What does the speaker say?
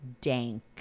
dank